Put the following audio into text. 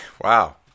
Wow